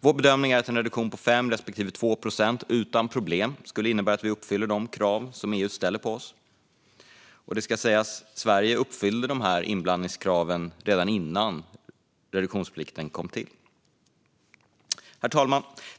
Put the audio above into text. Vår bedömning är att en reduktion på 5 respektive 2 procent utan problem skulle innebära att vi uppfyller de krav som EU ställer på oss. Och det ska sägas att Sverige uppfyllde inblandningskraven redan innan reduktionsplikten kom till. Herr talman!